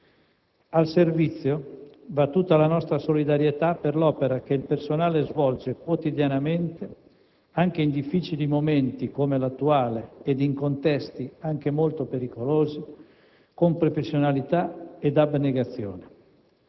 Al Servizio va tutta la nostra solidarietà per l'opera che il personale svolge quotidianamente, anche in difficili momenti come l'attuale, ed in contesti anche molto pericolosi, con professionalità ed abnegazione.